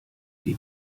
die